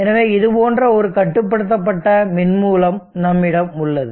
எனவே இதுபோன்ற ஒரு கட்டுப்படுத்தப்பட்ட மின் மூலம் நம்மிடம் உள்ளது